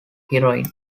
heroin